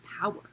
power